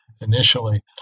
initially